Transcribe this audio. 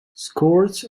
scores